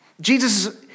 Jesus